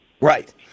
Right